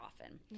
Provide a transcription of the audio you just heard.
often